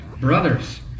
Brothers